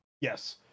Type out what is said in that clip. Yes